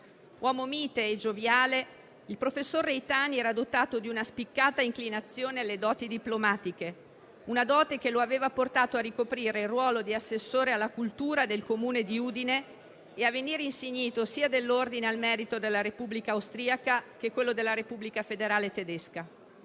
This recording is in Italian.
Uomo mite e gioviale, il professor Reitani era dotato di una spiccata inclinazione alle doti diplomatiche, che lo avevano portato a ricoprire il ruolo di assessore alla cultura del Comune di Udine e a venir insignito sia dell'ordine al merito della Repubblica austriaca che di quello della Repubblica federale tedesca.